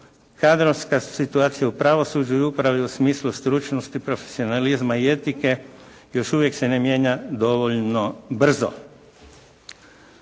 kadrovska se situacija u pravosuđu i u upravi u smislu stručnosti, profesionalizma i etike još uvijek se ne mijenja dovoljno brzo.